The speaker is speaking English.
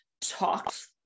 talked